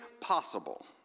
possible